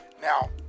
Now